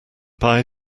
bye